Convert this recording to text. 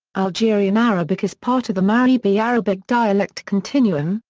algerian arabic is part of the maghrebi arabic dialect continuum,